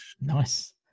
nice